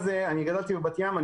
גדלתי בבת ים,